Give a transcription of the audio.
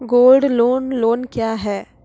Gold loan loan क्या हैं?